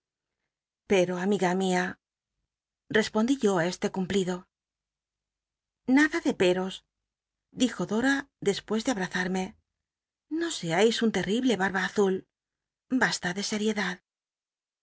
pero amiga mia respondí yo á este cump lido nada de veros dijo dora después de al l'azmme no scais un terrible bal'i a azul basta ele seriedad